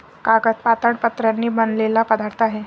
कागद पातळ पत्र्यांनी बनलेला पदार्थ आहे